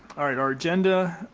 ah like our agenda,